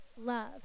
love